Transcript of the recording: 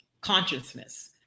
consciousness